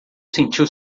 sentiu